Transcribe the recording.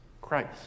Christ